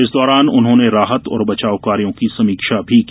इस दौरान उन्होंने राहत और बचावकार्यो की समीक्षा भी की